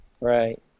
Right